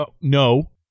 no